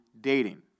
dating